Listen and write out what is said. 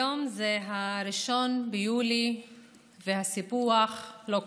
היום זה 1 ביולי והסיפוח לא קרה.